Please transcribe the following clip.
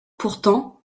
pourtant